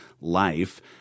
life